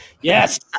Yes